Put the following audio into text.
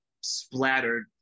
splattered